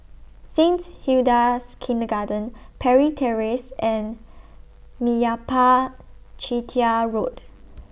Saint Hilda's Kindergarten Parry Terrace and Meyappa Chettiar Road